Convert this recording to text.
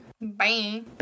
Bye